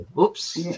Oops